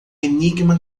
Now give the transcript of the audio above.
enigma